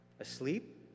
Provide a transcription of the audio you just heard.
Asleep